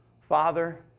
Father